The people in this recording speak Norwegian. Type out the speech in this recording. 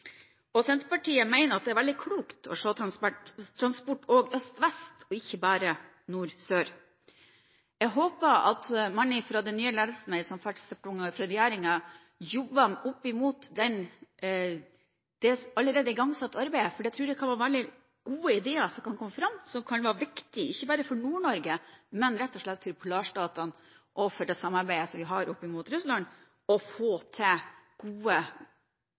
Senterpartiet mener det er veldig klokt å se transport også øst–vest og ikke bare nord–sør. Jeg håper at man i den nye ledelsen i Samferdselsdepartementet og i regjeringen jobber opp mot det allerede igangsatte arbeidet. Jeg tror det kan være veldig gode ideer som kan komme fram, som kan være viktige ikke bare for Nord-Norge, men rett og slett for polarstatene og for det samarbeidet vi har opp mot Russland for å få til gode